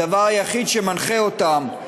הדבר היחיד שמנחה אותם,